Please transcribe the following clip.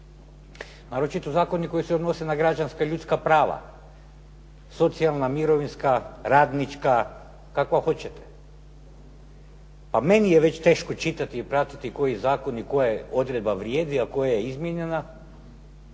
naročito zakoni koji se odnose na građanska i ljudska prava, socijalna, mirovinska, radnička, kakva hoćete. Pa meni je već teško čitati i pratiti koji zakoni i koja odredba vrijedi, a koja je izmijenjena,